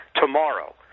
tomorrow